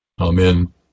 Amen